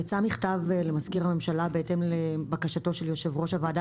יצא מכתב למזכיר הממשלה בהתאם לבקשתו של יו"ר הוועדה